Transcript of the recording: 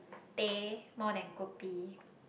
teh more than kopi